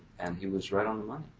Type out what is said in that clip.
and he was right on the money.